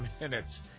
minutes